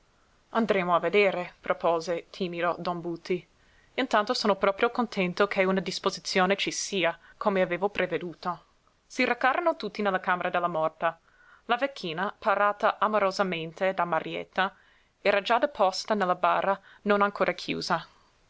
andremo a vedere propose timido don buti intanto sono proprio contento che una disposizione ci sia come avevo preveduto si recarono tutti nella camera della morta la vecchina parata amorosamente da marietta era già deposta nella bara non ancora chiusa